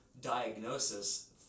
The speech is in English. diagnosis